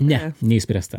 ne neišspręsta